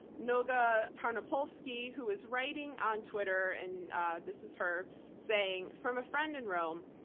noga tarnopolsky, who is writing on twitter and this is her saying from a friend in rome,